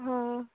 ହଁ